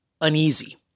uneasy